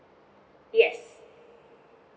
yes